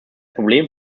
problem